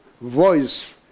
voice